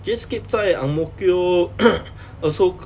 jadescape 在 ang mo kio also